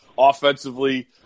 Offensively